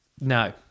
No